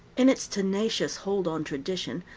in its tenacious hold on tradition,